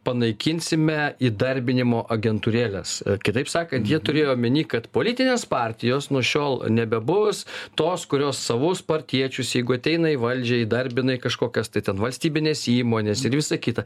panaikinsime įdarbinimo agentūrėles kitaip sakant jie turėjo omeny kad politinės partijos nuo šiol nebebus tos kurios savus partiečius jeigu ateina į valdžią įdarbina į kažkokias tai ten valstybines įmones ir visa kita